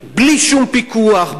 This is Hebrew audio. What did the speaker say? בלי שום פיקוח,